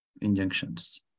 injunctions